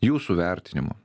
jūsų vertinimu